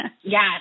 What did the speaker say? Yes